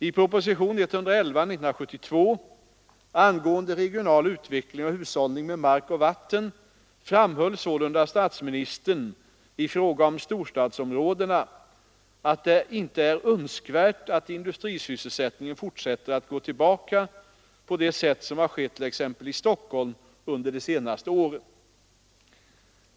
I propositionen 1972:111 angående regional utveckling och hushållning med mark och vatten framhöll sålunda statsministern i fråga om storstadsområdena att det inte är önskvärt att industrisysselsättningen fortsätter att gå tillbaka på det sätt som har skett t.ex. i Stockholm under de senaste åren.